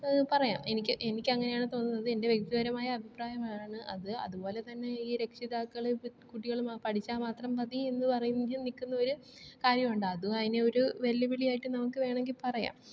പറയാം എനിക്ക് എനിക്ക് അങ്ങനെയാണ് തോന്നുന്നത് എൻ്റെ വ്യക്തിപരമായ അഭിപ്രായമാണ് അത് അതുപോലെതന്നെ ഈ രക്ഷിതാക്കള് ഇപ്പോൾ കുട്ടികള് പഠിച്ചാൽ മാത്രം മതി എന്ന് പറഞ്ഞ് നിൽക്കുന്നവര് കാര്യമുണ്ട് അതും അതിനൊരു വെല്ലുവിളിയായിട്ട് നമുക്ക് വേണമെങ്കിൽ പറയാം